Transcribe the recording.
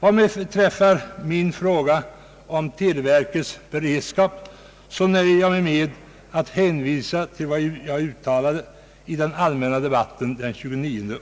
Vad beträffar min fråga om televerkets beredskap nöjer jag mig med att hänvisa till vad jag uttalade i den allmänna debatten den 29 oktober.